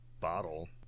bottle